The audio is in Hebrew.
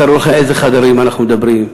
תארו לכם איזה חדרים אנחנו מדברים,